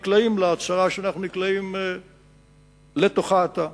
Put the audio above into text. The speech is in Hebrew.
נקלעים לצרה שאנחנו נקלעים לתוכה עתה.